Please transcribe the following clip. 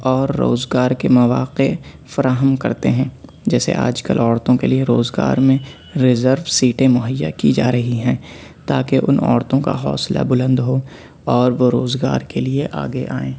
اور روزگار کے مواقع فراہم کرتے ہیں جیسے آج کل عورتوں کے لیے روزگار میں ریزرو سیٹیں مہیا کی جا رہی ہیں تا کہ ان عورتوں کا حوصلہ بلند ہو اور وہ روزگار کے لیے آگے آئیں